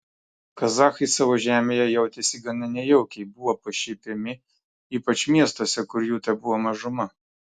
kazachai savo žemėje jautėsi gana nejaukiai buvo pašiepiami ypač miestuose kur jų tebuvo mažuma